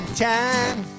time